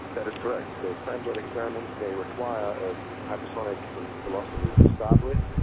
that is correct. those scramjet experiments, they require hypersonic velocity to start with.